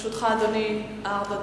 לרשותך, אדוני, ארבע דקות.